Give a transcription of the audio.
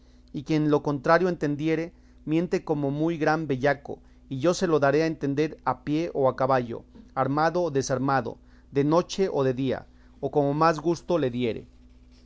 y quien lo contrario entendiere miente como muy gran bellaco y yo se lo daré a entender a pie o a caballo armado o desarmado de noche o de día o como más gusto le diere